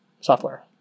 software